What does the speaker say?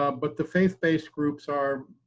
um but the faith based groups are,